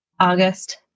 August